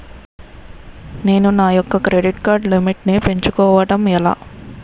నేను నా యెక్క క్రెడిట్ కార్డ్ లిమిట్ నీ పెంచుకోవడం ఎలా?